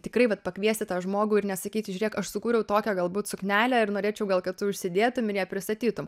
tikrai vat pakviesti tą žmogų ir nesakyti žiūrėk aš sukūriau tokią galbūt suknelę ir norėčiau gal kad tu užsidėtum ir ją pristatytum